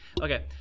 Okay